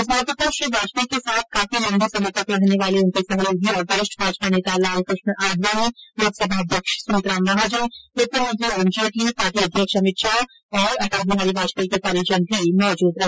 इस मौके पर श्री वाजपेयी के साथ काफी लंबे समय तक रहने वाले उनके सहयोगी और वरिष्ठ भाजपा नेता लाल कृष्ण आडवाणी लोकसभा अध्यक्ष सुमित्रा महाजन वित्त मंत्री अरूण जेटली पार्टी अध्यक्ष अमित शाह और अटल बिहारी वाजपेयी के परिजन भी मौजूद रहे